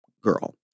girl